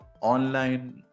online